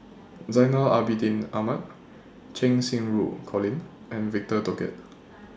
Zainal Abidin Ahmad Cheng Xinru Colin and Victor Doggett